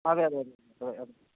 അതെ അതെ അതെ അതെ അതെ